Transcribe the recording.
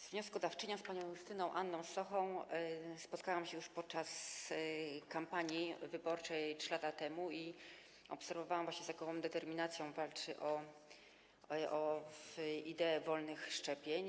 Z wnioskodawczynią, panią Justyną Anną Sochą, spotkałam się już podczas kampanii wyborczej 3 lata temu i obserwowałam, z jaką determinacją walczy ona o idee wolnych szczepień.